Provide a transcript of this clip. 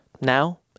Now